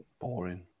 Boring